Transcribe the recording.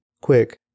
Quick